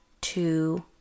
two